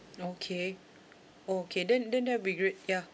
okay okay then then that will be great ya